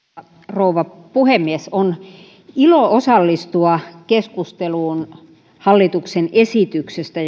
rouva puhemies on ilo osallistua keskusteluun hallituksen esityksestä